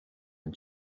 and